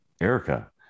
Erica